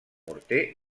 morter